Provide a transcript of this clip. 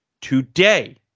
today